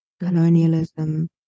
colonialism